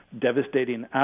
devastating